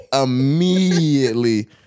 immediately